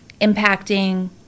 impacting